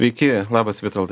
sveiki labas vitoldai